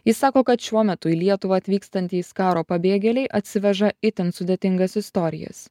ji sako kad šiuo metu į lietuvą atvykstantys karo pabėgėliai atsiveža itin sudėtingas istorijas